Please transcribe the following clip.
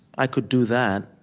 i could do that.